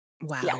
Wow